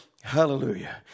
hallelujah